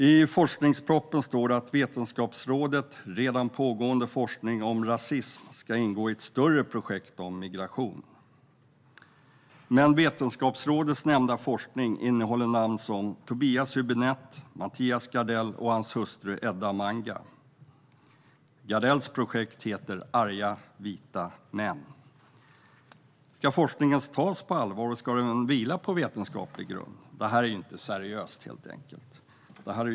I forskningspropositionen står det att Vetenskapsrådets redan pågående forskning om rasism kan ingå i ett större projekt om migration. Men den nämnda forskningen bedrivs av sådana som Tobias Hübinette, Mattias Gardell och hans hustru Edda Manga. Gardells projekt heter Arga vita män. Ska den forskningen tas på allvar? Och ska den vila på vetenskaplig grund? Det här är helt enkelt inte seriöst.